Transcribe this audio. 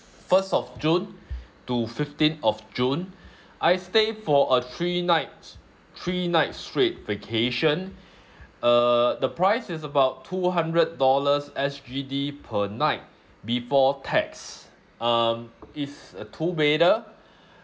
first of june to fifteenth of june I stay for a three nights three nights straight vacation uh the price is about two hundred dollars S_G_D per night before tax um it's a two bedder